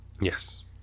Yes